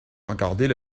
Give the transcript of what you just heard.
regarder